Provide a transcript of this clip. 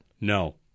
No